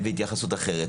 והתייחסות אחרת.